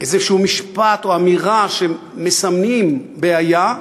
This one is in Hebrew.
איזשהו משפט או אמירה שמסמנים בעיה,